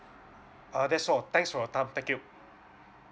err that's all thanks for your time thank you